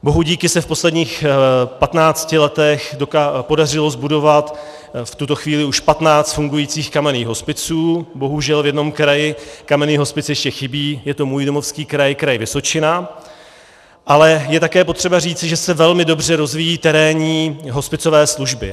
Bohudíky se v posledních patnácti letech podařilo zbudovat v tuto chvíli už patnáct fungujících kamenných hospiců, bohužel v jednom kraji kamenný hospic ještě chybí, je to můj domovský Kraj Vysočina, ale je také potřeba říci, že se velmi dobře rozvíjí terénní hospicové služby.